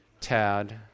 Tad